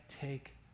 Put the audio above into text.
take